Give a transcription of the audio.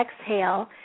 exhale